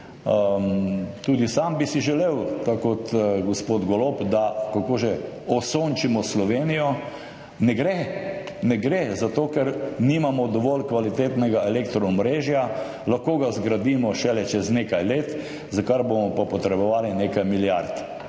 Tudi sam bi si želel, tako kot gospod Golob, da – kako že? – osončimo Slovenijo. Ne gre! Ne gre, zato ker nimamo dovolj kvalitetnega elektroomrežja. Zgradimo ga lahko šele čez nekaj let, za kar bomo pa potrebovali nekaj milijard.